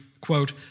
quote